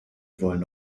wollen